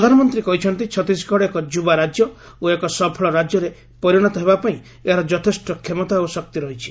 ପ୍ରଧାନମନ୍ତ୍ରୀ କହିଛନ୍ତି ଛତିଶଗଡ଼ ଏକ ଯୁବା ରାଜ୍ୟ ଓ ଏକ ସଫଳ ରାଜ୍ୟରେ ପରିଣତ ହେବାପାଇଁ ଏହାର ଯଥେଷ୍ଟ କ୍ଷମତା ଓ ଶକ୍ତି ରହିଛି